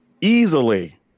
easily